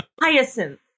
Hyacinth